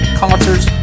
concerts